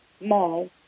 Mall